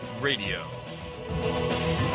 Radio